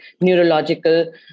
neurological